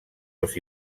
els